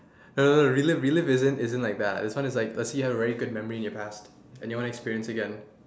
no no no relive relive isn't isn't like that this one is you have a very good memory in your past and you want to experience it again